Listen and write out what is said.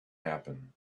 happen